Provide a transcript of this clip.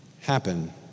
happen